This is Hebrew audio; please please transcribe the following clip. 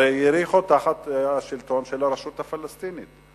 הרי יריחו תחת השלטון של הרשות הפלסטינית,